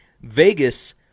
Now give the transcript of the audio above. Vegas